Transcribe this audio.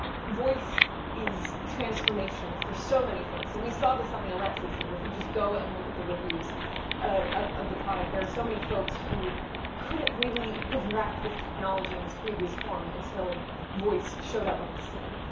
voice is transformational for so many folks and we saw this on the alexa team. if you just go and look at the reviews of of the product, there are so many folks who couldn't really interact with technology in its previous form until voice showed on the scene.